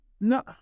No